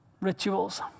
rituals